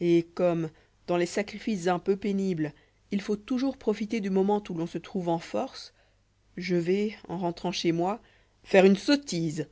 et comme dans les sacrifices un peu pénibles il faut toujours profiter du moment où l'on se trouve en force je vais en rentrant chez moi faire une sottise